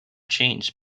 changed